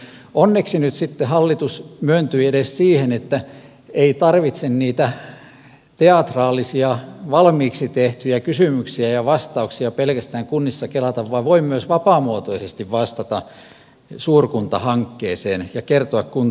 onneksi nyt sitten hallitus myöntyi edes siihen että ei tarvitse niitä teatraalisia valmiiksi tehtyjä kysymyksiä ja vastauksia pelkästään kunnissa kelata vaan voi myös vapaamuotoisesti vastata suurkuntahankkeeseen ja kertoa kuntien mielipiteitä